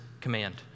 command